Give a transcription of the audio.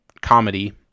comedy